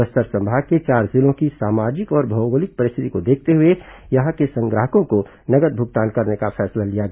बस्तर संभाग के चार जिलों की सामाजिक और भौगोलिक परिस्थिति को देखते हुए यहां के संग्राहकों को नगद भुगतान करने का फैसला लिया गया